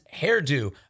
hairdo